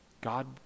God